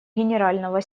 генерального